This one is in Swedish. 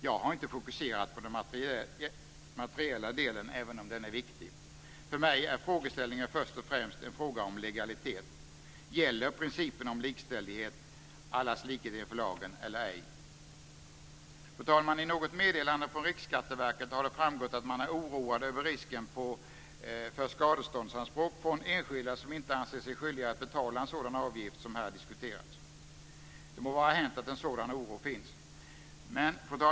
Jag har inte fokuserat på den materiella delen även om den är viktig. För mig är frågeställningen först och främst en fråga om legalitet. Gäller principen om likställighet, allas likhet inför lagen, eller ej? Fru talman! I något meddelande från Riksskatteverket har det framgått att man är oroad över risken för skadeståndsanspråk från enskilda som inte anser sig skyldiga att betala en sådan avgift som här diskuterats. Det må vara hänt att en sådan oro finns.